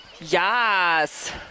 Yes